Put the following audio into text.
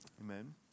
Amen